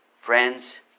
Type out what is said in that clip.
Friends